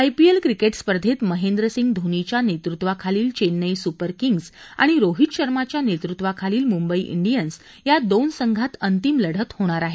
IPL cricket स्पर्धेत महेंद्र सिंग धोनीच्या नेतृत्वाखालील चेन्नई सुपर किंग्स आणि रोहित शर्माच्या नेतृत्वाखालील मुंबई डियन्स या दोन संघात अंतिम लढत होणार आहे